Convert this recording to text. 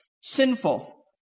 sinful